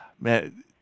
man